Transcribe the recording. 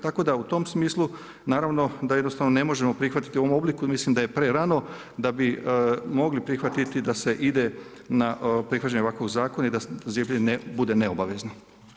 Tako da u tom smislu naravno da jednostavno ne možemo prihvatiti u ovom obliku i mislim da je prerano da bi mogli prihvatiti da se ide na prihvaćanje ovakvog zakona i da cijepljenje bude neobavezno.